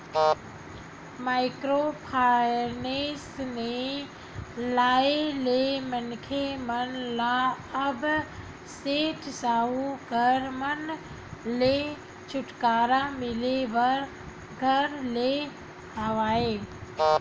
micro finance के आय ले मनखे मन ल अब सेठ साहूकार मन ले छूटकारा मिले बर धर ले हवय